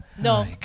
No